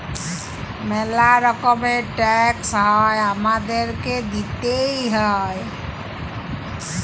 ম্যালা রকমের ট্যাক্স হ্যয় হামাদেরকে দিতেই হ্য়য়